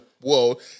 world